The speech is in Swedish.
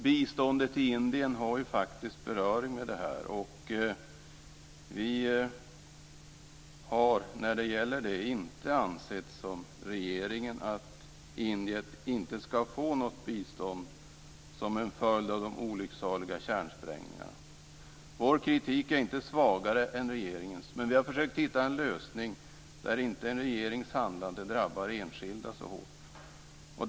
Biståndet till Indien har beröring med det här. Vi har inte ansett, som regeringen, att Indien inte skall få något bistånd som en följd av de olyckliga kärnsprängningarna. Vår kritik är inte svagare än regeringens, men vi har försökt hitta en lösning där en regerings handlande inte drabbar enskilda så hårt.